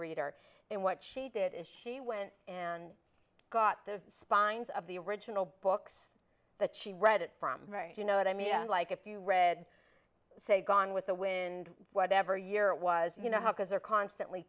reader and what she did is she went and got the spines of the original books that she read it from right you know i mean like if you read say gone with the wind whatever year it was you know how because they're constantly